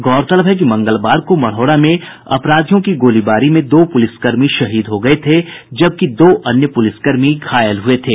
गौरतलब है कि मंगलवार को मढ़ौरा में अपराधियों की गोलीबारी में दो पुलिसकर्मी शहीद हो गये थे जबकि दो अन्य पुलिसकर्मी घायल हुए थे